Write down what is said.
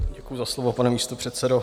Děkuju za slovo, pane místopředsedo.